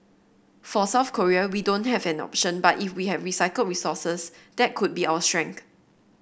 for South Korea we don't have an option but if we have recycled resources that could be our strength